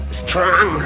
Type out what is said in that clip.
strong